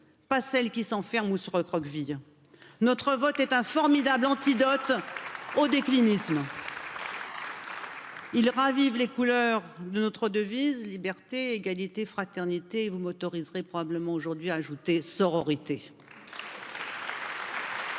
pas celle qui s'enferme, ou se recroqueville, Notre vote est un formidable antidote au déclinisme. Il ravive les couleurs de notre devise liberté, égalité, fraternité. vous m'autorisez à ajouter sororité.